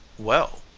well,